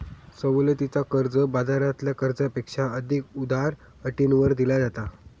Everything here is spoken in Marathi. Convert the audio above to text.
सवलतीचा कर्ज, बाजारातल्या कर्जापेक्षा अधिक उदार अटींवर दिला जाता